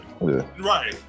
Right